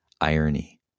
irony